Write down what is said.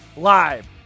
Live